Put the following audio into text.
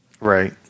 Right